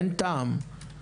אין טעם.